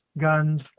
guns